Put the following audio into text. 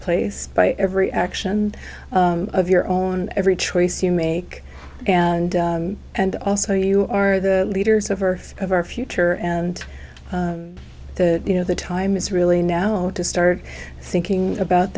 place by every action of your own every choice you make and and also you are the leaders of earth of our future and the you know the time is really now to start thinking about